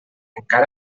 encara